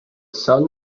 son